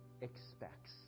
expects